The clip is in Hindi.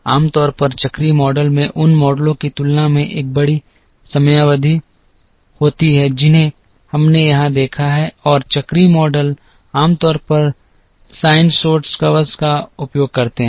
आमतौर पर चक्रीय मॉडल में उन मॉडलों की तुलना में एक बड़ी समयावधि होती है जिन्हें हमने यहां देखा है और चक्रीय मॉडल आमतौर पर साइनसोइड्स कर्व्स का उपयोग करते हैं